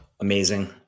Amazing